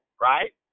right